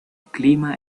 clima